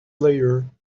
later